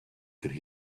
could